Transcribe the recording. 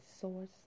source